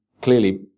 clearly